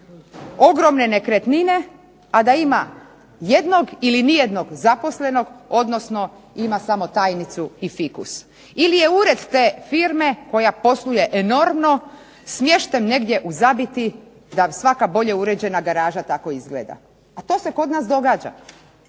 ogromne nekretnine, a da ima jednog ili nijednog zaposlenog, odnosno ima samo tajnicu i fikus. Ili je ured te firme koja posluje enormno smješten negdje u zabiti da svaka bolje uređena garaža tako izgleda. A to se kod nas događa.